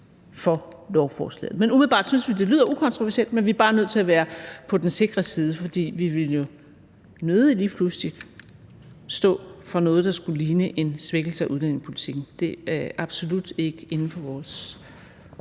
for lovforslaget. Umiddelbart synes vi, det lyder ukontroversielt, men vi er bare nødt til at være på den sikre side, for vi vil jo nødig lige pludselig stå for noget, der kunne ligne en svækkelse af udlændingepolitikken. Det ligger absolut ikke inden for vores